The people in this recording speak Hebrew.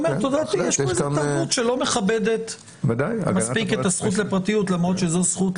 יש פה איזו תרבות שלא מכבדת מספיק את הזכות לפרטיות למרות שזו זכות,